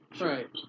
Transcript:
Right